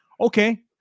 Okay